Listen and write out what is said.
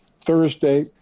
Thursday